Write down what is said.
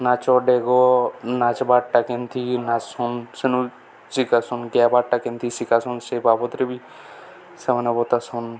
ନାଚ ଡେଗ ନାଚ ବାରଟା କେମିନ୍ତି ନାଚସନ୍ ସେନୁ ଶିିକାସନ୍ ଗାଆ ବାରଟା କେମିନ୍ତି ଶିକାସନ୍ ସେ ବାବଦରେ ବି ସେମାନେ ବତାସନ୍